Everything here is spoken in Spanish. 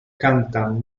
cantan